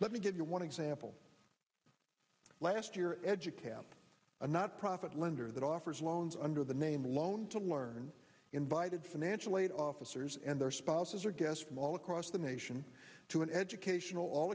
let me give you one example last year educator a not profit lender that offers loans under the name loan to learn invited financial aid officers and their spouses or guest from all across the nation to an educational all